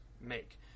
make